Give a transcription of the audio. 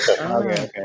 okay